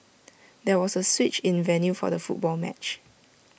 there was A switch in the venue for the football match